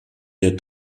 der